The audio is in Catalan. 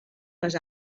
les